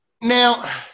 now